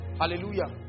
hallelujah